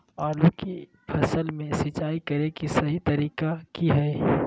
आलू की फसल में सिंचाई करें कि सही तरीका की हय?